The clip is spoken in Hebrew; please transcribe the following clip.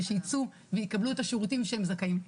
שייצאו ויקבלו את השירותים שהם זכאים.